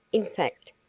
in fact,